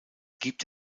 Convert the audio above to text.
gibt